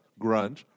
grunge